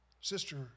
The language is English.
Sister